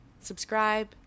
subscribe